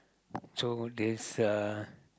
so this uh